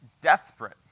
desperate